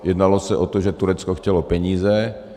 Jednalo se o to, že Turecko chtělo peníze.